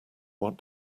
what